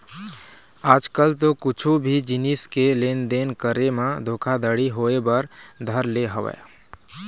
आज कल तो कुछु भी जिनिस के लेन देन करे म धोखा घड़ी होय बर धर ले हवय